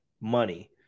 money